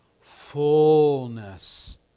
fullness